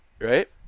Right